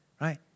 Right